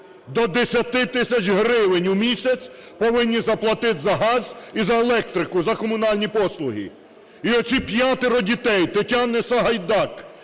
До 10 тисяч гривень у місяць повинні заплатити за газ і за електрику, за комунальні послуги. І оці п'ятеро дітей Тетяни Сагайдак